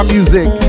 Music